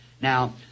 Now